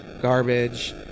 garbage